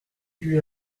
lui